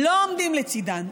לא עומדים לצידן.